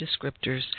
descriptors